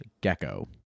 gecko